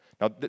Now